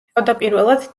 თავდაპირველად